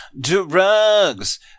Drugs